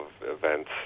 events